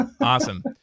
Awesome